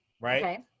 right